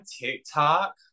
TikTok